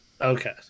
Okay